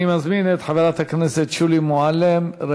אני מזמין את חברת הכנסת שולי מועלם-רפאלי.